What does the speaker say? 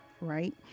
right